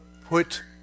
put